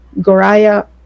Goraya